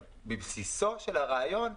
בבסיסו של הרעיון,